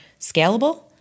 scalable